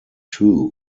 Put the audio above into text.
too